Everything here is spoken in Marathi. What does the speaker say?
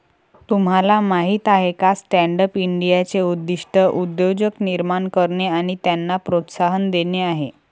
तुम्हाला माहीत आहे का स्टँडअप इंडियाचे उद्दिष्ट उद्योजक निर्माण करणे आणि त्यांना प्रोत्साहन देणे आहे